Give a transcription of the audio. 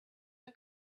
are